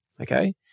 okay